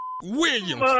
Williams